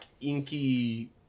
inky